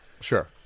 Sure